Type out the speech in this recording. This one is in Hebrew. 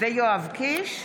ויואב קיש בנושא: